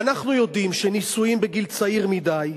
ואנחנו יודעים שנישואים בגיל צעיר מדי,